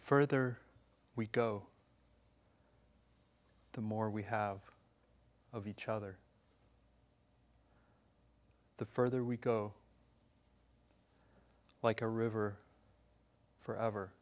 further we go the more we have of each other the further we go like a river forever